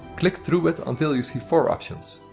click through it until you see four options.